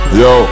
yo